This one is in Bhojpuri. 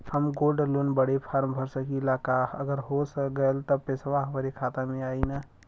हम गोल्ड लोन बड़े फार्म भर सकी ला का अगर हो गैल त पेसवा हमरे खतवा में आई ना?